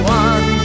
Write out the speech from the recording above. one